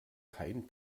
kein